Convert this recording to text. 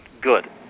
good